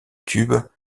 tube